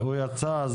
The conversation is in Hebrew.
הוא יצא,